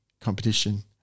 competition